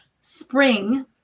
spring